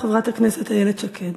חברת הכנסת איילת שקד.